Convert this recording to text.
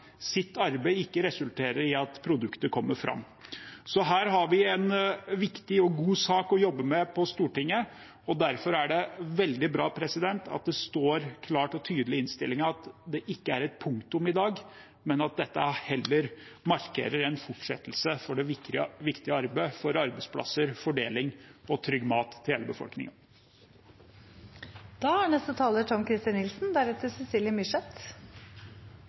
ikke resulterer i at produktet kommer fram. Her har vi en viktig og god sak å jobbe med på Stortinget. Derfor er det veldig bra at det står klart og tydelig i innstillingen at dette ikke er et punktum i dag, men at dette heller markerer fortsettelsen for det viktige arbeidet for arbeidsplasser, fordeling og trygg mat til hele befolkningen. Da er neste taler Tom-Christer Nilsen.